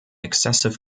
excessive